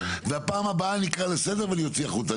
ופעם הבאה אני אקרא לסדר ואני אוצי החוצה,